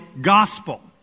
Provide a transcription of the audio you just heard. gospel